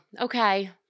Okay